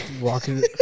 walking